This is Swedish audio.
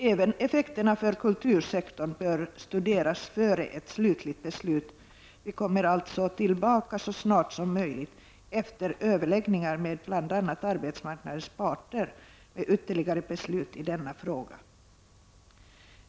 Även effekterna för kultursektorn bör studeras innan ett slutligt beslut fattas. Vi kommer alltså tillbaka så snart som möjligt, efter överläggningar med bl.a. arbetsmarknadens parter, med förslag till ytterligare beslut i denna fråga.